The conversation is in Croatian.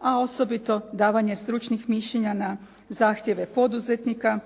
a osobito davanje stručnih mišljenja na zahtjeve poduzetnika